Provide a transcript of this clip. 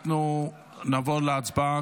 אנחנו נעבור להצבעה.